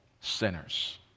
sinners